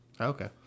Okay